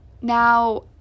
Now